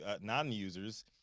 non-users